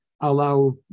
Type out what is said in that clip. allow